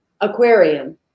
aquarium